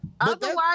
Otherwise